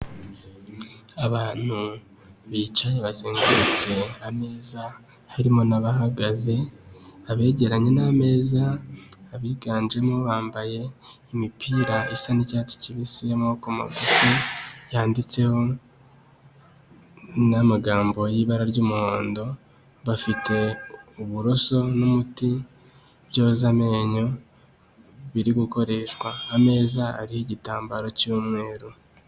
Abantu bicaye bazengurutse ameza harimo n'abahagaze, abegeranye n'imeza abiganjemo bambaye imipira isa n'icyatsi kibisi y'amaboko magufi yanditseho n'amagambo y'ibara ry'umuhondo, bafite uburoso n'umuti byoza amenyo biri gukoreshwa, ameza ariho igitambaro cy'umweru.